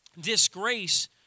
disgrace